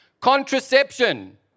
contraception